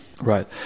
Right